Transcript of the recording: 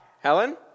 Helen